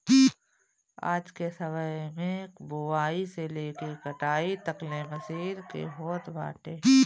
आजके समय में बोआई से लेके कटाई तकले मशीन के होत बाटे